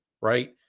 right